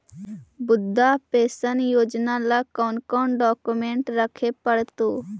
वृद्धा पेंसन योजना ल कोन कोन डाउकमेंट रखे पड़तै?